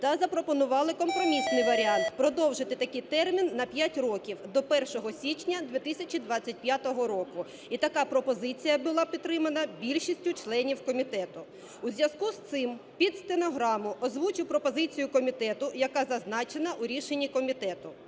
та запропонували компромісний варіант – продовжити такий термін на 5 років, до 1 січня 2025 року. І така пропозиція була підтримана більшістю членів комітету. У зв’язку з цим під стенограму озвучу пропозицію комітету, яка зазначена у рішенні комітету: